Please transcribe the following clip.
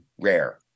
rare